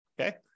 okay